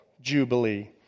jubilee